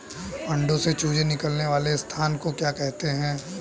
अंडों से चूजे निकलने वाले स्थान को क्या कहते हैं?